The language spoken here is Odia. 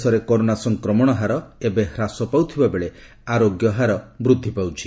ଦେଶରେ କରୋନା ସଂକ୍ରମଣ ହାର ଏବେ ହ୍ରାସ ପାଉଥିବା ବେଳେ ଆରୋଗ୍ୟ ହାର ବୃଦ୍ଧି ପାଉଛି